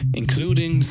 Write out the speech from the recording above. including